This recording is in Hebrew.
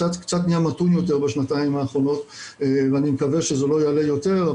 קצת נהיה מתון יותר בשנתיים האחרונות ואני מקווה שזה לא יעלה יותר,